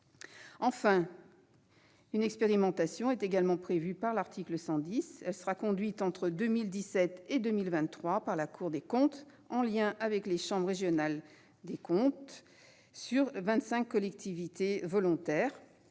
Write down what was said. Enfin, une expérimentation est également prévue par l'article 110 de cette même loi. Elle sera conduite entre 2017 et 2023 par la Cour des comptes, en lien avec les chambres régionales des comptes, et concernera 25 collectivités volontaires.